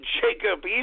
Jacob